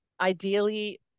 ideally